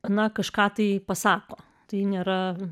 ana kažką tai pasako tai nėra